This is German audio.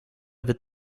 wird